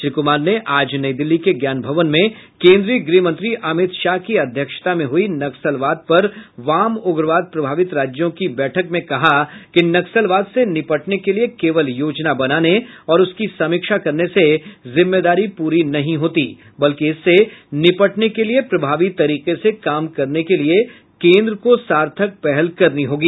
श्री कुमार ने आज नई दिल्ली के ज्ञान भवन में कोन्द्रीय गृह मंत्री अमित शाह की अध्यक्षता में हुई नक्सलवाद पर वाम उग्रवाद प्रभावित राज्यों की बैठक में कहा कि नक्सलवाद से निपटने के लिये केवल योजना बनाने और उसकी समीक्षा करने से जिम्मेदारी पूरी नहीं होती बल्कि इससे निपटने को लिये प्रभावी तरीके से काम करने के लिये केन्द्र को सार्थक पहल करनी होगी